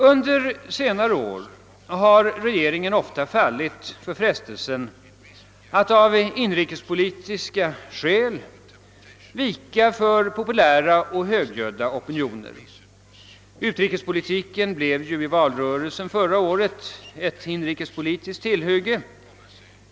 Under senare år har regeringen ofta fallit för frestelsen att av inrikespolitiska skäl vika för populära och högljudda opinioner. Utrikespolitiken blev i valrörelsen förra året ett inrikespolitiskt tillhygge.